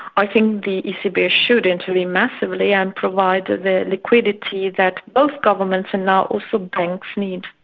i think the ecb yeah should intervene massively and provide the liquidity that both governments and now also banks need.